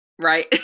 Right